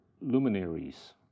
luminaries